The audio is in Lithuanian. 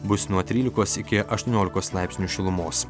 bus nuo trylikos iki aštuoniolikos laipsnių šilumos